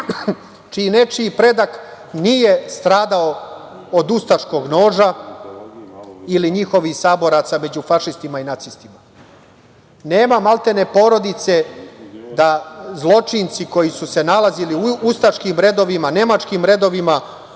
čiji nečiji predak nije stradao od ustaškog noža ili njihovih saboraca među fašistima i nacistima. Nema maltene, porodice da zločinci koji su se nalazili u ustaškim redovima, nemačkim redovima